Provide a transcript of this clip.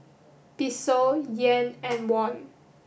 Peso Yen and Won